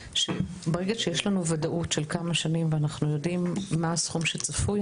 ברגע שיש לנו ודאות של כמה שנים ואנחנו יודעים מה הסכום שצפוי,